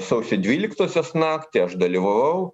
sausio dvyliktosios naktį aš dalyvavau